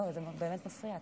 לא, זה באמת מפריע.